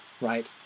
right